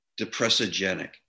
depressogenic